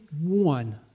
one